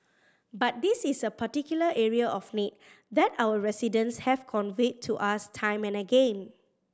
but this is a particular area of need that our residents have conveyed to us time and again